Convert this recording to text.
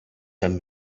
him